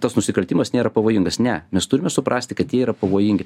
tas nusikaltimas nėra pavojingas ne mes turime suprasti kad jie yra pavojingi